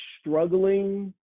struggling